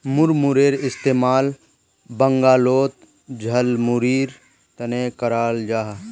मुड़मुड़ेर इस्तेमाल बंगालोत झालमुढ़ीर तने कराल जाहा